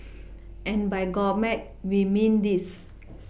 and by gourmet we mean this